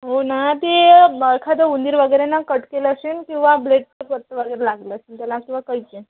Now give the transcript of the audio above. हो ना ते एखादा उंदीर वगैरे ना कट केला असेन किंवा ब्लेडचं कट वगैरे लागलं असेल त्याला किंवा कैची